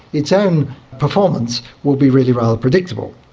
its own performance will be really rather predictable.